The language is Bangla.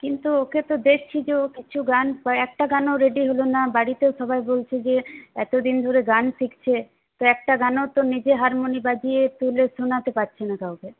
কিন্তু ওকে তো দেখছি যে ও কিচ্ছু গান একটা গানও রেডি হলো না বাড়িতেও সবাই বলছে যে এতদিন ধরে গান শিখছে তো একটা গানও তো নিজে হারমোনিয়াম বাজিয়ে তুলে শোনাতে পারছে না কাউকে